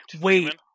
Wait